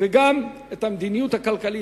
וגם את המדיניות הכלכלית.